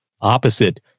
opposite